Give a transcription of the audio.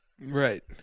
Right